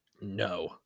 No